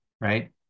right